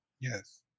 Yes